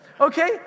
Okay